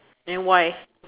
then why